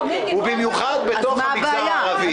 במיוחד בתוך המגזר הערבי.